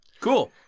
Cool